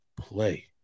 play